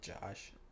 Josh